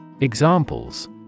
Examples